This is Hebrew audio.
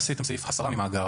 עשיתם סעיף של הסרה ממאגר,